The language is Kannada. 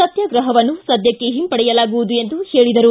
ಸತ್ವಾಗ್ರಹವನ್ನು ಸದ್ಯ ಹಿಂಪಡೆಯಲಾಗುವುದು ಎಂದು ಹೇಳಿದರು